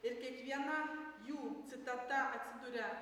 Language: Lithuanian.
ir kiekviena jų citata atsiduria